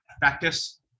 practice